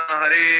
Hare